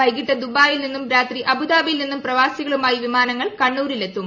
വൈകീട്ട് ദുബായിൽ നിന്നും രാത്രി അബുദാബിയിൽ നിന്നും പ്രവാസികളുമായി വിമാനങ്ങൾ കണ്ണൂരിലെത്തും